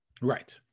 Right